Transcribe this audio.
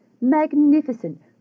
Magnificent